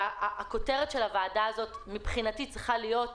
וזאת הכותרת של הוועדה הזאת שמבחינתי צריכה להיות,